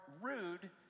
rude